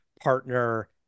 partner